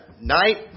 night